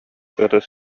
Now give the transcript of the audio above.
ытыс